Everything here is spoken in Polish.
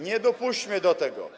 Nie dopuśćmy do tego.